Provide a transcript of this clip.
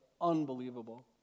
unbelievable